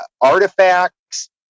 artifacts